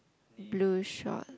blue short